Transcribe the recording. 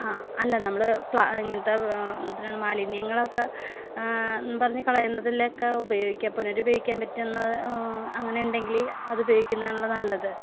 ആ അല്ല നമ്മൾ ഇങ്ങനെത്തെ എന്താണ് മാലിന്യങ്ങളൊക്കെ എന്ന് പറഞ്ഞ് കളയുന്നതിലൊക്കെ ഉപയോഗിക്കാം പുനരുപയോഗിക്കാൻ പറ്റുന്നത് അങ്ങനെ ഉണ്ടെങ്കിൽ അത് ഉപയോഗിക്കുന്നതാണല്ലോ നല്ലത്